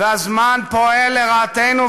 והזמן פועל לרעתנו,